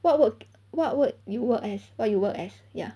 what work what work do you work as what you work as ya